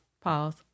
pause